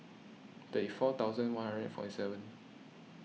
thirty four thousand one hundred and forty seven